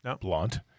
blunt